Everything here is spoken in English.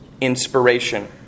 Inspiration